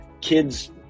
kids